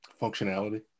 Functionality